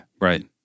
right